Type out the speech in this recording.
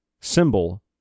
symbol